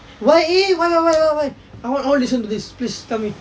why eh why why why why why I want to listen to this please tell me